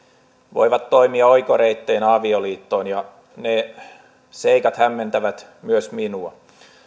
voivat toimia oikoreitteinä avioliittoon ja ne seikat hämmentävät myös minua